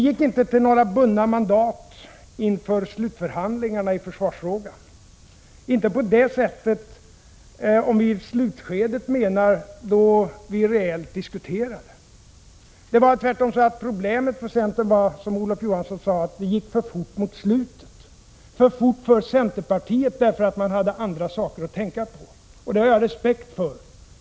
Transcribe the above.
Och vidare: Vi gick inte till slutförhandlingarna i försvarsfrågan med bundna mandat. Det är inte på det sättet om ni avser slutskedet, då vi reellt diskuterade. Problemet för centern var, som Olof Johansson sade, att det gick för fort mot slutet — för fort för centerpartiet därför att man hade andra saker att tänka på. Detta har jag respekt för.